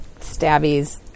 stabbies